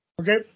Okay